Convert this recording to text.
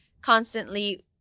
constantly